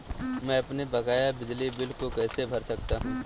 मैं अपने बकाया बिजली बिल को कैसे भर सकता हूँ?